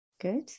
Good